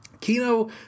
Kino